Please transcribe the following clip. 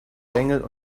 bengel